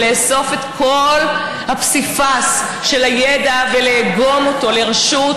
ולאסוף את כל הפסיפס של הידע ולאגום אותו לרשות